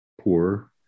poor